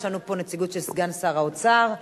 יש לנו פה נציגות של סגן שר האוצר.